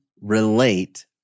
relate